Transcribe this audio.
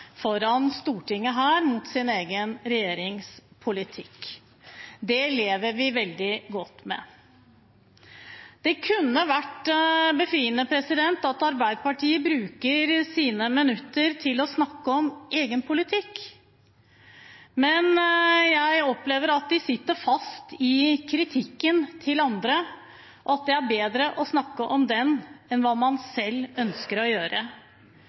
foran Stortinget mot sin egen regjerings politikk. Det lever vi veldig godt med. Det kunne vært befriende om Arbeiderpartiet brukte sine minutter til å snakke om egen politikk, men jeg opplever at de sitter fast i kritikken mot andre – at det er bedre å snakke om den, enn om hva man selv ønsker å gjøre.